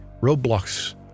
roadblocks